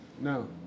No